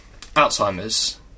Alzheimer's